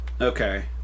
okay